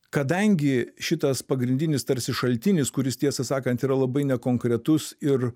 kadangi šitas pagrindinis tarsi šaltinis kuris tiesą sakant yra labai nekonkretus ir